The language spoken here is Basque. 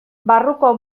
barruko